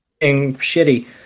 shitty